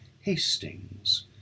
Hastings